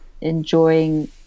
enjoying